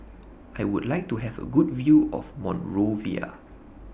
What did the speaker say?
I Would like to Have A Good View of Monrovia